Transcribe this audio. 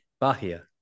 Bahia